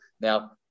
now